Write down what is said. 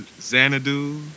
Xanadu